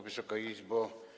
Wysoka Izbo!